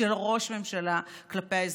של ראש ממשלה כלפי האזרחים?